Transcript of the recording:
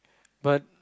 but